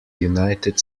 united